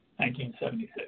1976